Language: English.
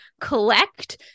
collect